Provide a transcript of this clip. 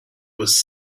was